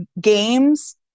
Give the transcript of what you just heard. games